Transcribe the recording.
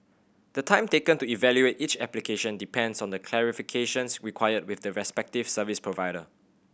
the time taken to evaluate each application depends on the clarifications required with the respective service provider